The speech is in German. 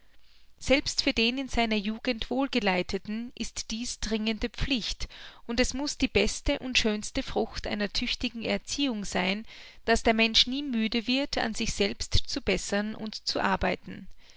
selbst für den in seiner jugend wohlgeleiteten ist dies dringende pflicht und es muß die beste und schönste frucht einer tüchtigen erziehung sein daß der mensch nie müde wird an sich selbst zu bessern und zu arbeiten